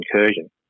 incursion